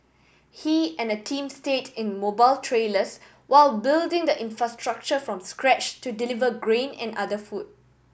he and a team stayed in mobile trailers while building the infrastructure from scratch to deliver grain and other food